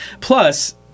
Plus